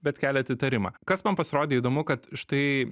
bet keliat įtarimą kas man pasirodė įdomu kad štai